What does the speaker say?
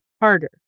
harder